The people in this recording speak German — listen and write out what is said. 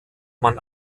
man